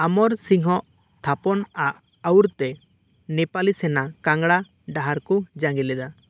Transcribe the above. ᱟᱢᱚᱨ ᱥᱤᱝᱜᱷᱚ ᱛᱷᱟᱯᱚᱱ ᱟᱜ ᱟᱹᱭᱩᱨᱛᱮ ᱱᱮᱯᱟᱞᱤ ᱥᱮᱱᱟ ᱠᱟᱝᱲᱟ ᱰᱟᱦᱟᱨ ᱠᱚ ᱡᱟᱸᱜᱮ ᱞᱮᱫᱟ